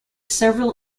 several